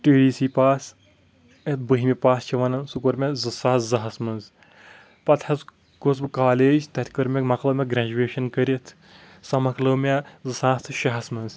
T D C pass یتھ بٔہمہِ pass چھِ ونان سُہ کوٚر مےٚ زٕ ساس زٕ ہس منٛز پتہٕ حظ گووُس بہٕ کالیج تتہِ کٔر مےٚ مۄکلٲو مےٚ گریجویشن کٔرتھ سۄ مۄکلٲو مےٚ زٕ ساس تہٕ شیٚہس منٛز